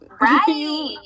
Right